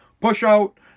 push-out